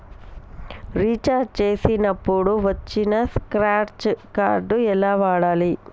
Recharge చేసినప్పుడు వచ్చిన scratch card ఎలా వాడాలి?